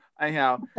Anyhow